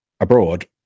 abroad